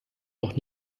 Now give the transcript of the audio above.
doch